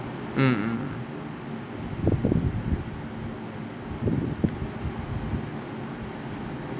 mm mm mm